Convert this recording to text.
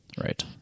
Right